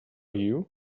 you